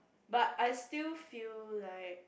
but I still feel like